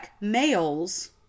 males